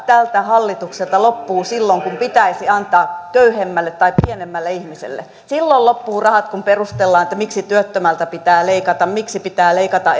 tältä hallitukselta loppuvat rahat aina silloin kun pitäisi antaa köyhemmälle tai pienemmälle ihmiselle silloin loppuvat rahat kun perustellaan sitä miksi työttömältä pitää leikata miksi pitää leikata